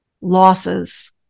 losses